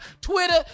Twitter